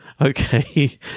Okay